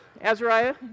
Azariah